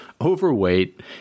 overweight